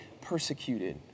persecuted